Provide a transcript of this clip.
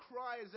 cries